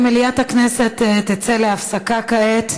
חברים, מליאת הכנסת תצא להפסקה כעת.